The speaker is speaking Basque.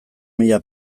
mila